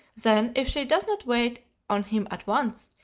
then if she does not wait on him at once,